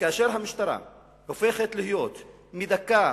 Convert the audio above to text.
כאשר המשטרה הופכת להיות מדכא,